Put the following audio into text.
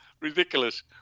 Ridiculous